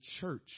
church